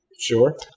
Sure